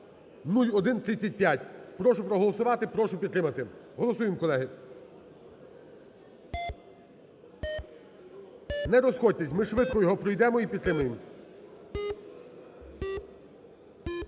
0135. Прошу проголосувати, прошу підтримати. Голосуємо, колеги. Не розходьтесь, ми швидко його пройдемо і підтримаємо.